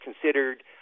considered